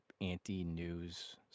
anti-news